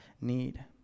need